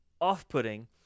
off-putting